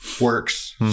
works